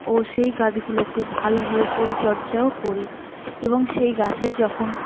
ও সেই গাছগুলোকে ভালোভাবে পরিচর্যাও করি এবং সেই গাছের যখন